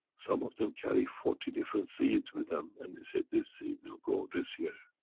some of them carry forty different seeds with them and they said this seed will grow this year.